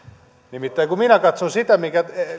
nimittäin kun minä katson sitä minkä